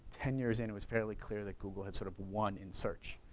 ten years in it was fairly clear that google had sort of won in search.